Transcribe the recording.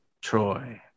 Troy